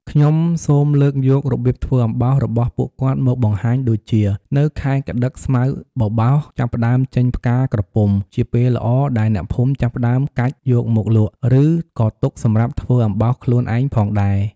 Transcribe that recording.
ខ្ញុំសូមលើកយករបៀបធ្វើអំបោសរបស់ពួកគាត់មកបង្ហាញដូចជា នៅខែកក្តិកស្មៅបបោសចាប់ផ្តើមចេញផ្កាក្រពុំជាពេលល្អដែលអ្នកភូមិចាប់ផ្តើមកាច់យកមកលក់ រឺក៏ទុកសម្រាប់ធ្វើអំបោសខ្លួនឯងផងដែរ។